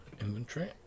inventory